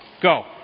Go